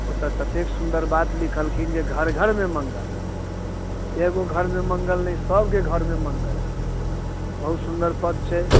ओतऽ ततेक सुन्दर बात लिखलखिन जे घर घरमे मङ्गल एगो घरमे मङ्गल नहि सबके घरमे मङ्गल बहुत सुन्दर पद छै